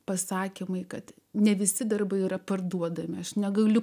pasakymai kad ne visi darbai yra parduodami aš negaliu